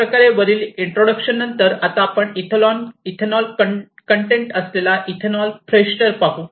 अशा प्रकारे वरील इंट्रोडक्शन नंतर आता आपण इथेनॉल कन्टेन्ट असलेला इथेनॉल फ्रेशनर पाहू